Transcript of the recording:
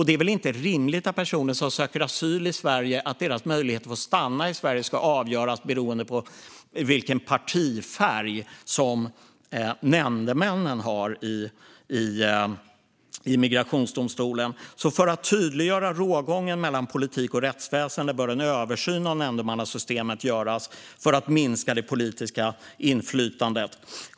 Det är inte rimligt att möjligheten att få stanna i Sverige för personer som söker asyl ska avgöras beroende på vilken partifärg nämndemännen i migrationsdomstolen har. För att tydliggöra rågången mellan politik och rättsväsen bör en översyn av nämndemannasystemet göras för att minska det politiska inflytandet.